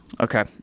Okay